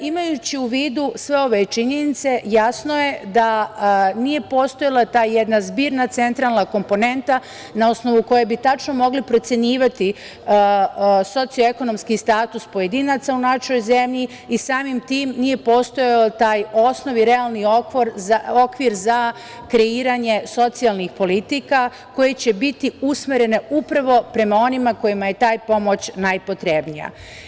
Imajući u vidu sve ove činjenice, jasno je da nije postojala ta jedan zbirna centralna komponenta na osnovu koje bi tačno mogli procenjivati sociekonomski status pojedinaca u našoj zemlji i samim tim nije postojao taj osnov i realni okvir za kreiranje socijalnih politika, koje će biti usmerene upravo prema onima kojima je ta pomoć najpotrebnija.